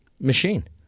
machine